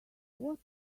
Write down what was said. what